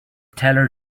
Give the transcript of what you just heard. teller